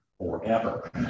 forever